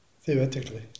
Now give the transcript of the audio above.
Theoretically